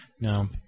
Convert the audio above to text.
Now